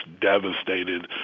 devastated